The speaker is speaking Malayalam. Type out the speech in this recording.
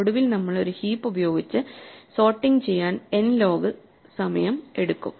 ഒടുവിൽ നമ്മൾ ഒരു ഹീപ്പ് ഉപയോഗിച്ച് സോർട്ടിങ് ചെയ്യാൻ n ലോഗ് സമയം എടുക്കും